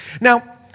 Now